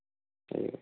ଠିକ୍ ଅଛେ